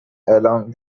along